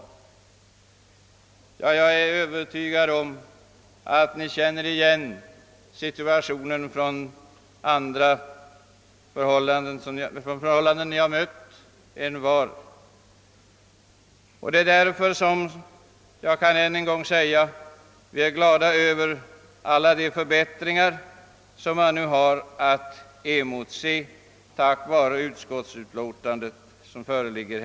Detta är i hög grad angeläget. Därför vill jag än en gång uttala att jag är glad över alla de förbättringar som vi nu har att motse tack vare det utskottsutlåtande som i dag föreligger.